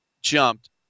jumped